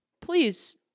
Please